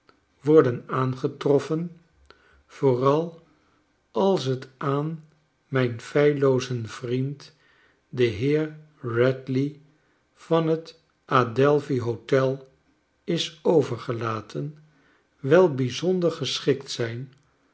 worden aangetrotfen vooral als t aan mijn feilloozen vriend den heer radley van t adelphi hotel is overgelaten wel bijzonder geschikt zijn